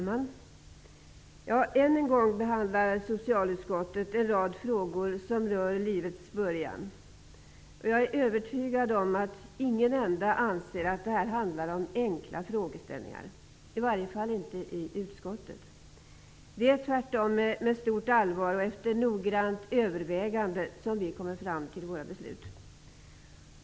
Herr talman! Än en gång behandlar socialutskottet en rad frågor som rör livets början. Jag är övertygad om att inte någon anser att det handlar om enkla frågeställningar, i varje fall inte i utskottet. Det är tvärtom med stort allvar och efter noggrant övervägande som vi kommer fram till våra beslut.